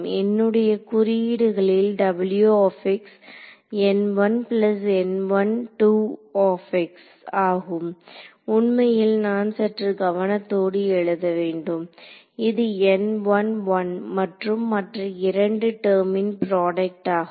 என்னுடைய குறியீடுகளில் ஆகும் உண்மையில் நான் சற்று கவனத்தோடு எழுத வேண்டும் இது மற்றும் மற்ற இரண்டு டெர்மின் ப்ராடக்ட் ஆகும்